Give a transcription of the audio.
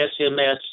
SMS